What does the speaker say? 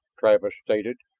travis stated.